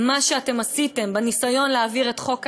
מה שעשיתם בניסיון להעביר את חוק ההסדרה,